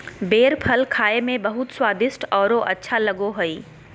बेर फल खाए में बहुत स्वादिस्ट औरो अच्छा लगो हइ